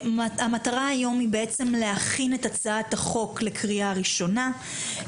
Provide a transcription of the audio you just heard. המטרה היום היא להכין את הצעת החוק לקריאה ראשונה.